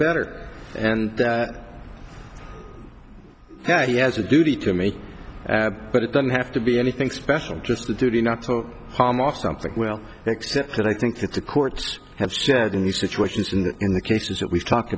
bettor and that he has a duty to make but it doesn't have to be anything special just a duty not so hamas something well except that i think that the courts have said in these situations and in the cases that we've talked